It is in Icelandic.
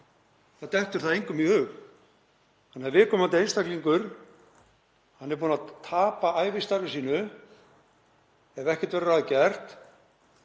Það dettur engum í hug þannig að viðkomandi einstaklingur er búinn að tapa ævistarfi sínu ef ekkert verður að gert og